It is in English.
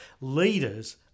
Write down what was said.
Leaders